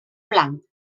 blanc